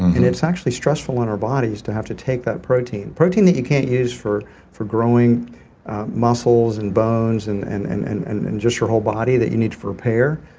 and it's actually stressful on our bodies to have to take that protein. protein that you can't use for for growing muscles and bones and and and and and and and just your whole body that you need for repair.